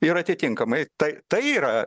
ir atitinkamai tai tai yra